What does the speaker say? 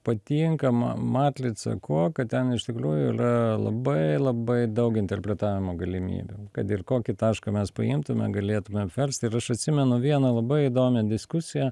patinka ma matlica kuo kad ten iš tikrųjų ylia labai labai daug interpretavimo galimybių kad ir kokį tašką mes paimtume galėtume apverst ir aš atsimenu vieną labai įdomią diskusiją